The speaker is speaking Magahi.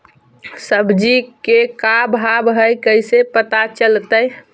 सब्जी के का भाव है कैसे पता चलतै?